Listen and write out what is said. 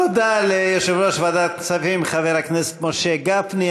תודה ליושב-ראש ועדת הכספים חבר הכנסת משה גפני.